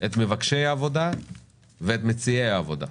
את מבקשי העבודה ואת מציעי העבודה,